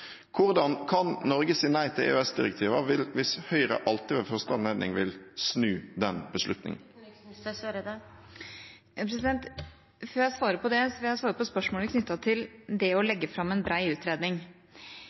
Hvordan kan Norge si nei til EØS-direktiver hvis Høyre ved første anledning vil snu den beslutningen? Før jeg svarer på det, vil jeg svare på spørsmålet knyttet til det å